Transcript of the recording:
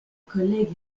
collègue